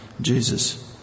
Jesus